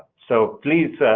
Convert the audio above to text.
so please,